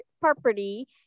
property